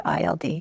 ILD